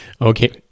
Okay